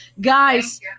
Guys